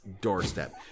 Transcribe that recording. doorstep